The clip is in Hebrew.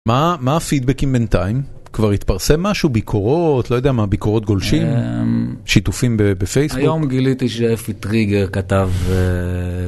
מה הפידבקים בינתיים? כבר התפרסם משהו? ביקורות? לא יודע מה, ביקורות גולשים? שיתופים בפייסבוק? היום גיליתי שאפי טריגר כתב...